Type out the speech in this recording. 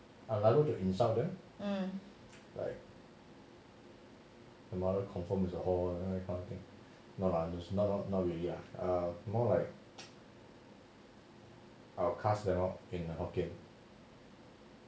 um